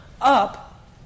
up